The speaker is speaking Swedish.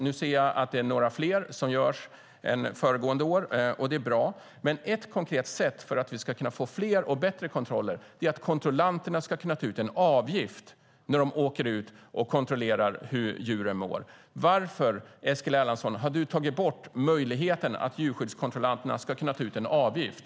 Nu ser jag att det görs något fler än föregående år, och det är bra, men ett konkret sätt att få fler och bättre kontroller är att kontrollanterna ska kunna ta ut en avgift när de åker ut och kontrollerar hur djuren mår. Varför har du, Eskil Erlandsson, tagit bort möjligheten för djurskyddskontrollanterna att ta ut en avgift?